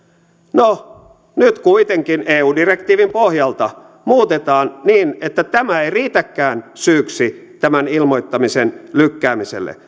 no nyt kuitenkin eu direktiivin pohjalta muutetaan niin että tämä ei riitäkään syyksi tämän ilmoittamisen lykkäämiselle